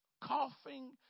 coughing